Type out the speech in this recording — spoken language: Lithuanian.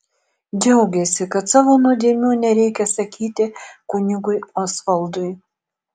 džiaugėsi kad savo nuodėmių nereikia sakyti kunigui osvaldui